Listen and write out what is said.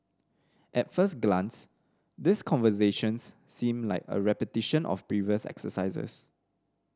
at first glance these conversations seem like a repetition of previous exercises